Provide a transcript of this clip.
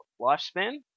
lifespan